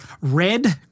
red